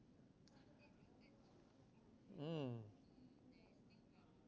mm